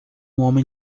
homem